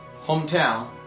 hometown